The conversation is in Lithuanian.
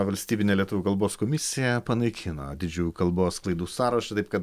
valstybinė lietuvių kalbos komisija panaikino didžiųjų kalbos klaidų sąrašą taip kad